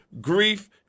grief